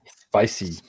Spicy